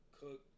cook